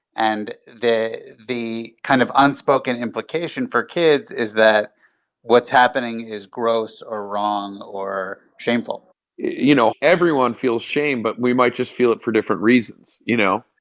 and the the kind of unspoken implication for kids is that what's happening is gross or wrong or shameful you know, everyone feels shame. but we might just feel it for different reasons, you know?